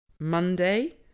Monday